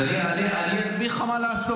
אז אני אסביר לך מה לעשות.